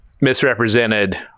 misrepresented